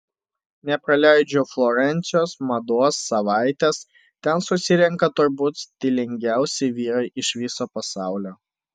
nepraleidžiu florencijos mados savaitės ten susirenka turbūt stilingiausi vyrai iš viso pasaulio